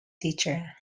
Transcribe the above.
teacher